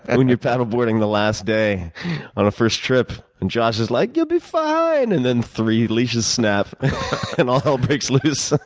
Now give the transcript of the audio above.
and when you're paddle boarding the last day on a first trip and josh is like, you'll be fine, and then three leashes snap and all hell breaks loose.